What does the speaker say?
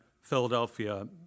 Philadelphia